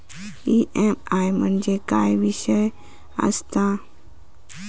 EMI म्हणजे काय विषय आसता?